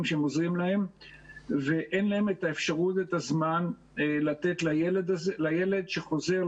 שהם עוזרים להם ואין להם את האפשרות ואת הזמן לתת לילד שחוזר,